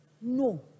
no